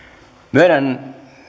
myönnän